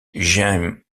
jaime